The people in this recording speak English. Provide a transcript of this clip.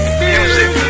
music